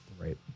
Right